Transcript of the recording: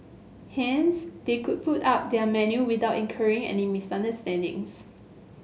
hence they could put up their menu without incurring any misunderstandings